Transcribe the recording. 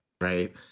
Right